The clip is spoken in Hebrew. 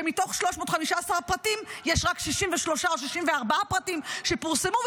מתוך 315 הפרטים יש רק 63 או 64 פרטים שפורסמו,